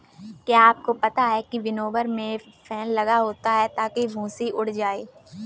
क्या आपको पता है विनोवर में फैन लगा होता है ताकि भूंसी उड़ जाए?